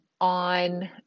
on